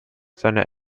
seine